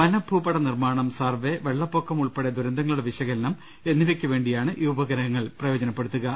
വനഭൂപട നിർമ്മാണം സർവ്വെ വെള്ളപ്പൊക്കം ഉൾപ്പെടെ ദുരന്തങ്ങളുടെ വിശകലനം എന്നിവയ്ക്കുവേ ണ്ടിയാണ് ഈ ഉപഗ്രഹങ്ങൾ പ്രയോജനപ്പെടുത്തുക